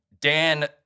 Dan